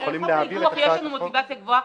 לחוק האיגו"ח יש לנו מוטיבציה גבוהה.